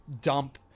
dump